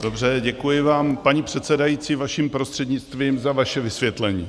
Dobře, děkuji vám, paní předsedající, vaším prostřednictvím, za vaše vysvětlení.